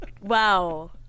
Wow